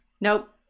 Nope